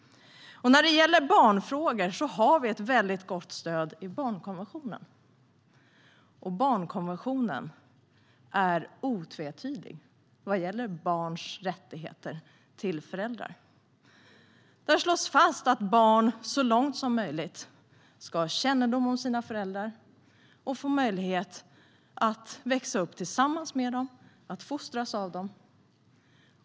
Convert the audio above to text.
Beträffande barnfrågor har vi ett mycket gott stöd i barnkonventionen, och barnkonventionen är otvetydig vad gäller barns rättigheter till föräldrar. Där slås det fast att barn så långt som möjligt ska ha kännedom om sina föräldrar och få möjlighet att växa upp tillsammans med dem och att fostras av dem.